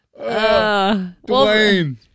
Dwayne